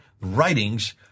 writings